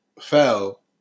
fell